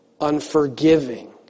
Unforgiving